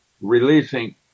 releasing